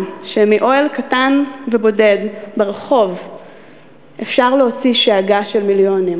שמאוהל קטן ובודד ברחוב אפשר להוציא שאגה של מיליונים